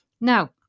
Now